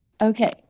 Okay